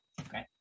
Okay